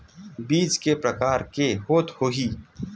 बीज के प्रकार के होत होही?